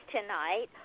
tonight